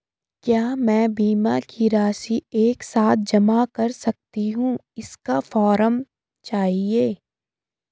क्या मैं बीमा की राशि एक साथ जमा कर सकती हूँ इसका फॉर्म चाहिए?